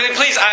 please